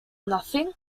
nothing